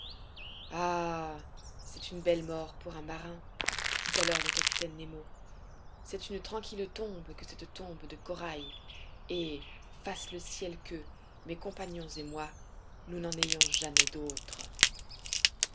c'est une belle mort pour un marin dit alors le capitaine nemo c'est une tranquille tombe que cette tombe de corail et fasse le ciel que mes compagnons et moi nous n'en ayons jamais d'autre